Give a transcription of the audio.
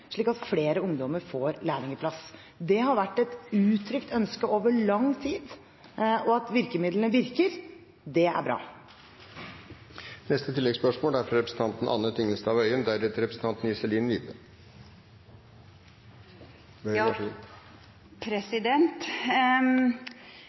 slik at flere ungdommer får lærlingplass. Dette har vært et uttrykt ønske over lang tid. Og at virkemidlene virker, det er